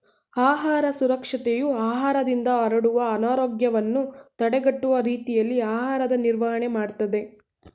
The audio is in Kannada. ಆಹಾರ ಸುರಕ್ಷತೆಯು ಆಹಾರದಿಂದ ಹರಡುವ ಅನಾರೋಗ್ಯವನ್ನು ತಡೆಗಟ್ಟುವ ರೀತಿಯಲ್ಲಿ ಆಹಾರದ ನಿರ್ವಹಣೆ ಮಾಡ್ತದೆ